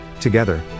Together